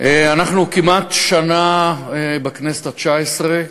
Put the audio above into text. אנחנו כמעט שנה בכנסת התשע-עשרה.